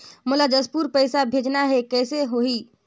मोला जशपुर पइसा भेजना हैं, कइसे होही?